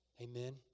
Amen